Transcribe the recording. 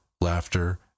laughter